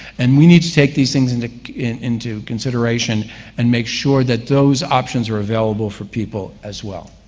and we need to take these things into into consideration and make sure that those options are available for people as well.